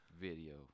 video